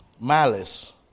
malice